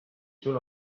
sul